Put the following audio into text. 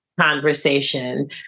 conversation